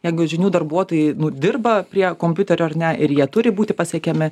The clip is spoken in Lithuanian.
jeigu žinių darbuotojai nu dirba prie kompiuterio ar ne ir jie turi būti pasiekiami